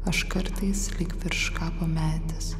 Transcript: aš kartais lyg virš kapo medis